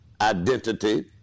identity